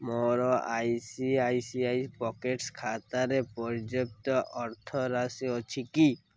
ମୋର I C I C I pocket ଖାତାରେ ପର୍ଯ୍ୟାପ୍ତ ଅର୍ଥରାଶି ଅଛି କି